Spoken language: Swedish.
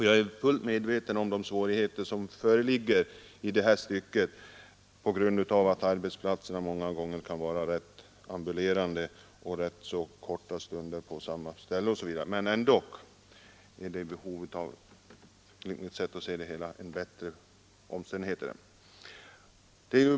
Jag är fullt medveten om de svårigheter som föreligger i det här fallet genom att arbetsplatserna många gånger kan vara ambulerande och ibland av rätt så kort varaktighet osv., men enligt min uppfattning föreligger det ändå ett behov av och krav på bättre förhållanden.